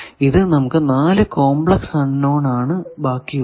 ഇനി നമുക്ക് 4 complex unknown ആണ് ബാക്കി ഉള്ളത്